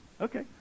Okay